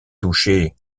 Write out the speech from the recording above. touchait